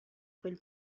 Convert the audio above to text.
quel